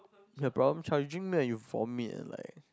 your problem child you dream like you form it like